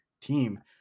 team